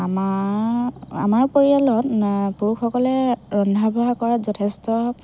আমাৰ আমাৰ পৰিয়ালত পুৰুষসকলে ৰন্ধা বঢ়া কৰাত যথেষ্ট